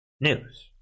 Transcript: news